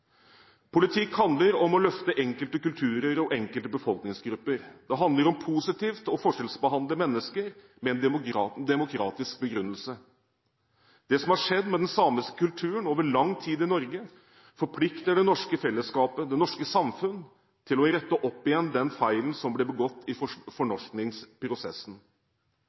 Politikk handler om å løfte enkelte kulturer og enkelte befolkningsgrupper. Det handler om positivt å forskjellsbehandle mennesker med en demokratisk begrunnelse. Det som har skjedd med den samiske kulturen over lang tid i Norge, forplikter det norske fellesskapet, det norske samfunn, til å rette opp igjen den feilen som ble begått i fornorskningsprosessen.